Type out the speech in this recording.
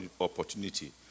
opportunity